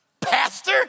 Pastor